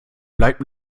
bleibt